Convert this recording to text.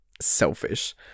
selfish